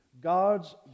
God's